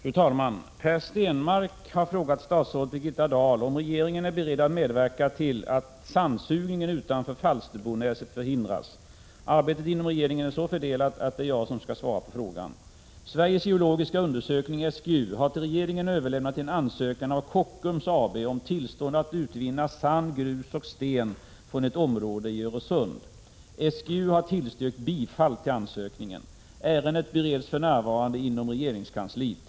Fru talman! Per Stenmarck har frågat statsrådet Birgitta Dahl om regeringen är beredd att medverka till att sandsugningen utanför Falsterbonäset förhindras. Arbetet inom regeringen är så fördelat att det är jag som skall svara på frågan. Sveriges geologiska undersökning, SGU, har till regeringen överlämnat en ansökan från Kockums AB om tillstånd att utvinna sand, grus och sten från ett område i Öresund. SGU har tillstyrkt bifall till ansökningen. Ärendet bereds för närvarande inom regeringskansliet.